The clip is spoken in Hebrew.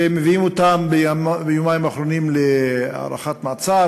ומביאים אותם ביומיים האחרונים להארכת מעצר.